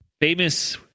famous